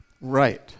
right